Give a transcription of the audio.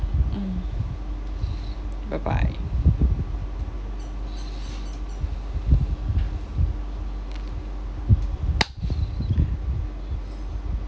mm bye bye